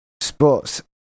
Sports